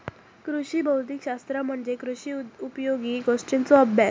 कृषी भौतिक शास्त्र म्हणजे कृषी उपयोगी गोष्टींचों अभ्यास